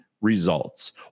results